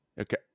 Okay